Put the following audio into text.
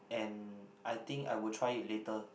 and I think I would try it later